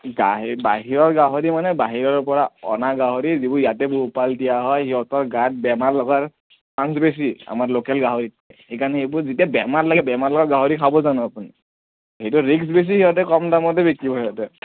গা বাহিৰৰ গাহৰি মানে বাহিৰৰ পৰা অনা গাহৰি যিবোৰ ইয়াতে পোহপাল দিয়া হয় সিহঁতৰ গাত বেমাৰ লগাৰ চাঞ্চ বেছি আমাৰ লোকেল গাহৰিতকৈ সেইকাৰণে এইবোৰ যেতিয়া বেমাৰ লাগে বেমাৰ লগা গাহৰি খাব জানো আপুনি সেইটো ৰিস্ক বেছি সিহঁতে কম দামতে বিকিব সিহঁতে